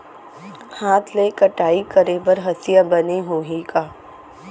हाथ ले कटाई करे बर हसिया बने होही का?